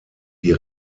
die